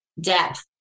depth